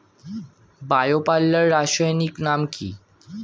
Bio পাল্লার রাসায়নিক নাম কি?